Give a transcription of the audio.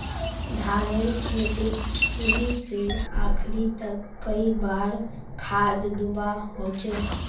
धानेर खेतीत शुरू से आखरी तक कई बार खाद दुबा होचए?